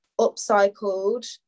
upcycled